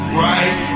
right